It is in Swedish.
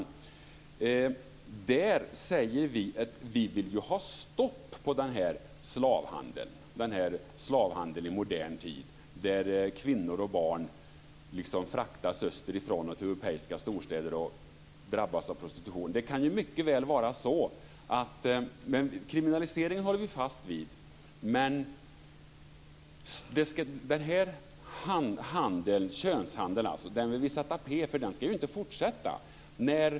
I reservationen säger vi att vi vill ha ett stopp på denna slavhandel i modern tid där kvinnor och barn fraktas österifrån till europeiska storstäder och drabbas av prostitution. Kriminaliseringen håller vi fast vid men denna könshandel vill vi alltså sätta stopp för. Den ska inte fortsätta.